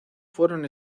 fueron